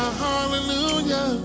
hallelujah